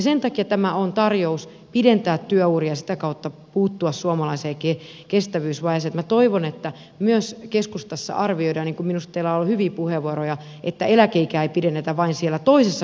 sen takia tämä on tarjous pidentää työuria ja sitä kautta puuttua suomalaiseen kestävyysvajeeseen ja minä toivon että myös keskustassa arvioidaan minusta teillä on ollut hyviä puheenvuoroja että eläkeikä ei pidennetä vain sillä toisessa